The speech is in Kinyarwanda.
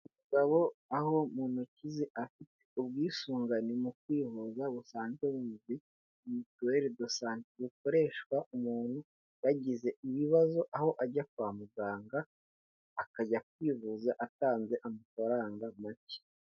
Umugabo aho mu ntoki ze afite ubwisungane mu kwivuza busanzwe buzwi mitiwere do sante, bukoreshwa umuntu yagize ibibazo, aho ajya kwa muganga akajya kwivuza atanze amafaranga make.